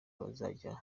abazajya